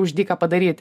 už dyką padaryti